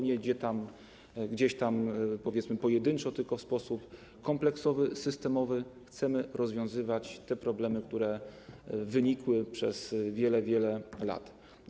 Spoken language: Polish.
Nie gdzieś tam, powiedzmy, pojedynczo, tylko w sposób kompleksowy, systemowy chcemy rozwiązywać te problemy, które pojawiały się przez wiele, wiele lat.